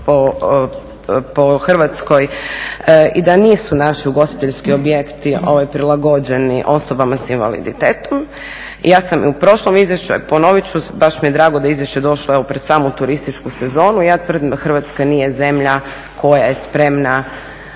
po Hrvatskoj i da nisu naši ugostiteljski objekti prilagođeni osobama s invaliditetom. Ja sam u prošlom izvješću, a ponovit ću baš mi je drago da je izvješće došlo pred samu turističku sezonu, ja tvrdim da Hrvatska nije zemlja koja je spremna